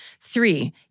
Three